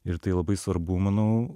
ir tai labai svarbu manau